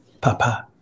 Papa